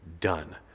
Done